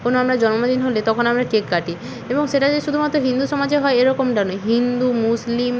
কোনো আমরা জন্মদিন হলে তখন আমরা কেক কাটি এবং সেটা যে শুধুমাত্র হিন্দু সমাজে হয় এরকমটা নয় হিন্দু মুসলিম